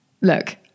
look